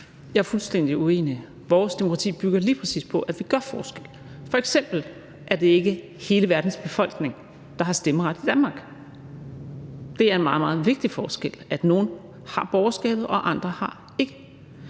Jeg er fuldstændig uenig. Vores demokrati bygger lige præcis på, at vi gør forskel. F.eks. er det ikke hele verdens befolkning, der har stemmeret i Danmark. Det er en meget, meget vigtig forskel, at nogle har borgerskabet og andre har det